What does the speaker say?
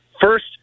First